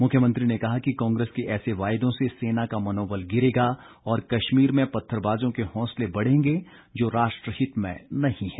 मुख्यमंत्री ने कहा कि कांग्रेस के ऐसे वायदों से सेना का मनोबल गिरेगा और कश्मीर में पत्थरबाजों के होंसले बढ़ेंगे जो राष्ट्रहित में नहीं है